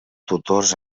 tutors